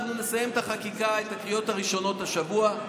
אנחנו נסיים את הקריאות הראשונות השבוע,